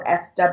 sw